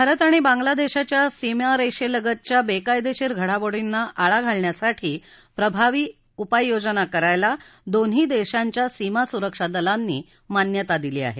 भारत आणि बांग्लादेशाच्या सीमेरेषेलगतच्या बेकायदेशीर घडामोडींना आळा घालण्यासाठी अधिक प्रभावी उपाय योजना करायला दोन्ही देशांच्या सीमा सुरक्षा दलांनी मान्यता दिली आहे